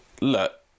look